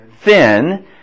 thin